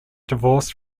divorced